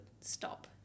stop